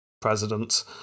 president